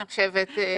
אני חושבת,